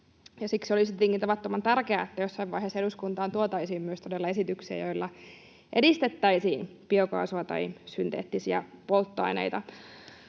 tietenkin tavattoman tärkeää, että jossain vaiheessa eduskuntaan todella tuotaisiin myös esityksiä, joilla edistettäisiin biokaasua tai synteettisiä polttoaineita.